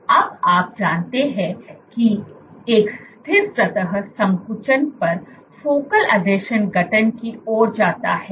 अब आप जानते हैं कि एक स्थिर सतह संकुचन पर फोकल आसंजन गठन की ओर जाता है